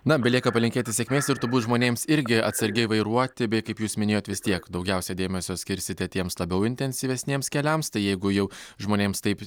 na belieka palinkėti sėkmės ir turbūt žmonėms irgi atsargiai vairuoti bei kaip jūs minėjot vis tiek daugiausia dėmesio skirsite tiems labiau intensyvesniems keliams tai jeigu jau žmonėms taip